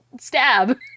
stab